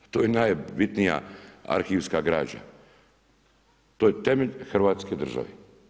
To je najbitnija arhivska građa, to je temelj Hrvatske države.